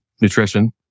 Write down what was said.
nutrition